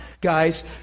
guys